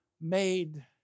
made